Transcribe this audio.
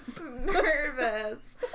Nervous